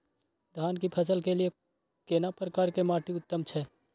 धान की फसल के लिये केना प्रकार के माटी उत्तम छै?